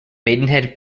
maidenhead